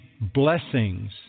blessings